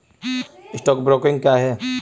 Stock broking क्या है?